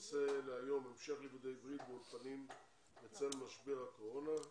הנושא להיום המשך לימודי עברית באולפנים בצל משבר הקורונה.